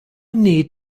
need